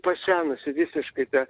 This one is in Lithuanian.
pasenusi visiškai ta